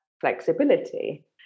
flexibility